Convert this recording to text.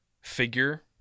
figure